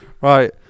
Right